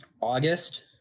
August